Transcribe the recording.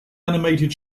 animated